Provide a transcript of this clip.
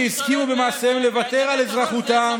כמי שהסכימו במעשיהם לוותר על אזרחותם,